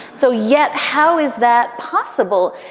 so yet how is that possible?